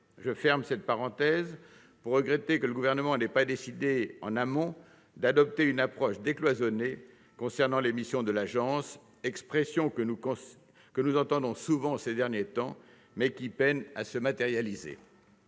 Je ferme cette parenthèse en regrettant que le Gouvernement n'ait pas décidé, en amont, d'adopter une approche décloisonnée concernant les missions de l'agence, concept dont nous entendons souvent parler ces derniers temps, mais qui peine à se matérialiser.